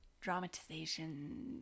dramatization